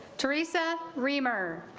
teresa kremer